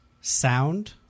sound